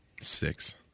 Six